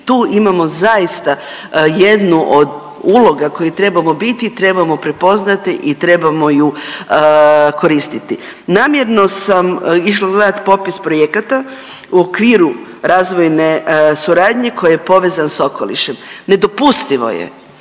tu imamo zaista jednu od uloga koje trebamo biti, trebamo prepoznati i trebamo ju koristiti. Namjerno sam išla gledati popis projekata u okviru razvojne suradnje koji je povezan s okolišem. Nedopustivo je